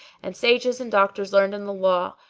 and sages and doctors learned in the law,